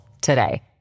today